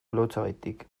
lotsagatik